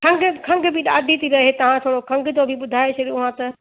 खंघि खंघि बि ॾाढी थी रहे तव्हां थोरो खंघि जो बि ॿुधाए छॾियो आ त